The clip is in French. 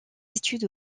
études